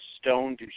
Stone